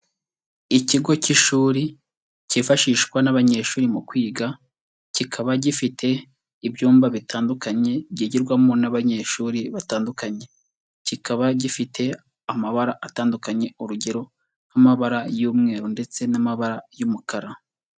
Ikigo cy'ishuri cyifashishwa n'abanyeshuri mu kwiga, kikaba gifite ibyumba bitandukanye byigirwamo n'abanyeshuri batandukanye, kikaba gifite amabara atandukanye urugero nk'amabara y'umweru ndetse n'amabara y'umukara.